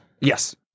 yes